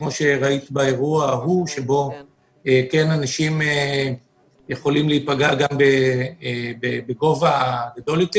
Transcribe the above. כפי שראית באירוע ההוא שבו אנשים יכולים להיפגע גם בגובה גבוה יותר.